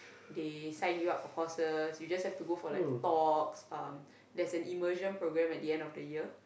they sign you up for courses you just have to go for like talks there's an immersion programme at the end of the year